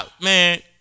Man